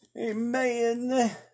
amen